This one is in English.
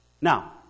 Now